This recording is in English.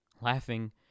Laughing